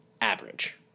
average